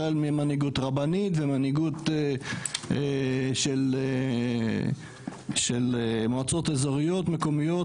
החל ממנהיגות רבנית ומנהיגות של מועצות אזוריות מקומיות,